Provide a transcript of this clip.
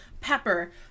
Pepper